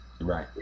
Right